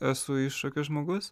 esu iššūkių žmogus